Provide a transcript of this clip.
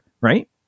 right